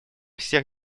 всех